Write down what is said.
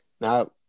Now